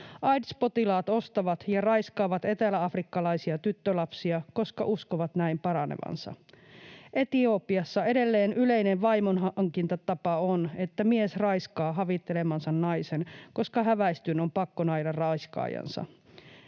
Aids-potilaat ostavat ja raiskaavat eteläafrikkalaisia tyttölapsia, koska uskovat näin paranevansa. Etiopiassa edelleen yleinen vaimonhankintatapa on, että mies raiskaa havittelemansa naisen, koska häväistyn on pakko naida raiskaajansa.